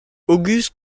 auguste